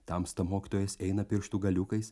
tamsta mokytojas eina pirštų galiukais